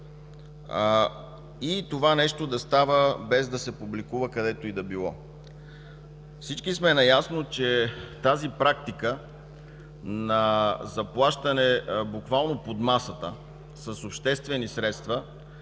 и това да става, без да се публикува където и да било. Всички сме наясно, че тази практика – на заплащане буквално под масата с обществени средства